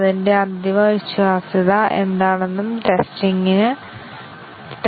അതിനാൽ ഒന്നും രണ്ടും ഒന്നും A യുടെ സ്വതന്ത്രമായ വിലയിരുത്തൽ നേടുന്നില്ല